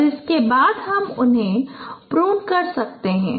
और उसके बाद हम उसे प्रून कर सकते हैं